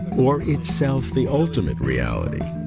or itself, the ultimate reality